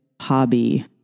hobby